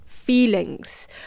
feelings